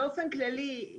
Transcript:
באופן כללי,